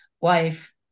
wife